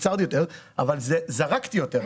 אבל זרקתי יותר.